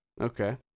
Okay